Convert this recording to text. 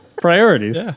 priorities